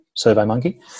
SurveyMonkey